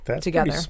together